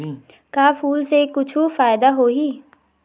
का फूल से कुछु फ़ायदा होही?